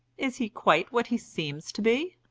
is he quite what he seems to be?